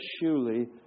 surely